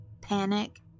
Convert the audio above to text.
panic